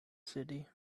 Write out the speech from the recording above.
city